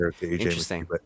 interesting